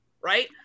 right